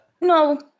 No